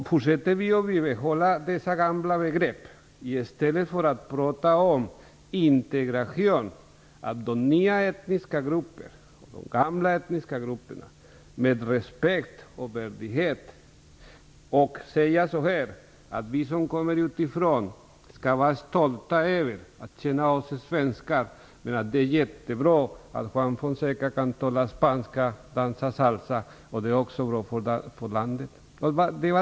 Fortsätter vi att bibehålla dessa gamla begrepp i stället för att tala om intregration, att nya etniska grupper och gamla etniska grupper skall behandlas med respekt och värdighet. Man skall kunna säga att vi som kommer utifrån skall vara stolta över att känna oss som svenskar, men att det är jättebra att Juan Fonseca kan tala spanska och dansa salsa och att det också är bra för landet.